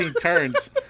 turns